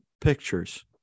Pictures